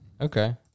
Okay